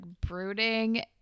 brooding